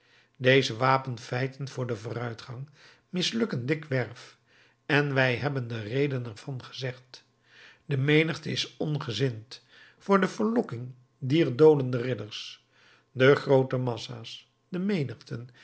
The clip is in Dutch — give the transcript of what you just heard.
deze wapenfeiten voor den vooruitgang mislukken dikwerf en wij hebben de reden er van gezegd de menigte is ongezind voor de verlokking dier dolende ridders de groote massa's de menigten